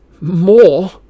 More